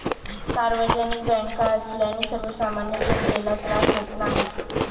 सार्वजनिक बँका असल्याने सर्वसामान्य जनतेला त्रास होत नाही